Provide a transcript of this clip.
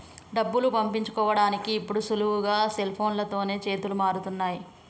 డబ్బులు పంపించుకోడానికి ఇప్పుడు సులువుగా సెల్ఫోన్లతోనే చేతులు మారుతున్నయ్